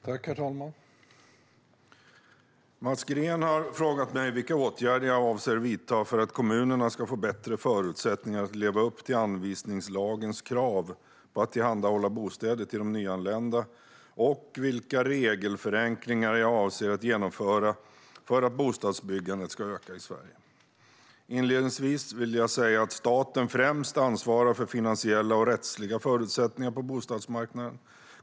Herr talman! Mats Green har frågat mig vilka åtgärder jag avser att vidta för att kommunerna ska få bättre förutsättningar att leva upp till anvisningslagens krav på att tillhandahålla bostäder till de nyanlända och vilka regelförenklingar jag avser att genomföra för att bostadsbyggandet ska öka i Sverige. Inledningsvis vill jag säga att staten främst ansvarar för finansiella och rättsliga förutsättningar för bostadsmarknaden.